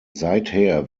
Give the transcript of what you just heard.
seither